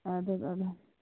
اَدٕ حظ ادٕ حظ